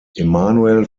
emanuel